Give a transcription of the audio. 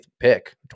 pick